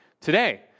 today